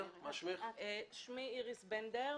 שמי איריס בנדר.